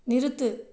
நிறுத்து